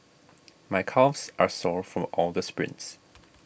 my calves are sore from all the sprints